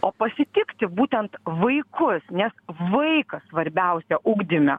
o pasitikti būtent vaikus nes vaikas svarbiausia ugdyme